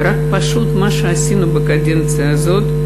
פשוט מה שעשינו בקדנציה הזאת,